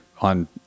on